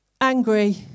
Angry